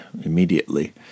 immediately